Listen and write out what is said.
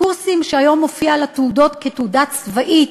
קורסים שהיום מופיעים על התעודות כתעודה צבאית,